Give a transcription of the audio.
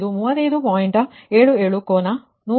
6 degree ಆಗಿದೆ